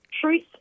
Truth